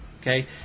Okay